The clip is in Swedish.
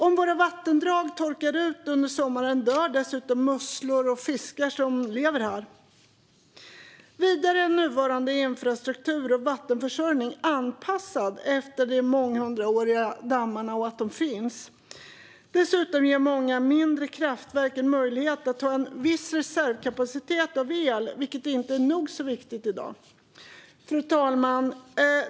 Om våra vattendrag torkar ut under sommaren dör dessutom musslor och fiskar som lever här. Vidare är nuvarande infrastruktur och vattenförsörjning anpassad efter att de månghundraåriga dammarna finns. Dessutom ger många mindre kraftverk en möjlighet att ha en viss reservkapacitet av el, vilket är nog så viktigt i dag. Fru talman!